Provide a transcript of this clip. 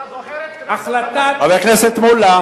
אתה זוכר, חבר הכנסת מולה,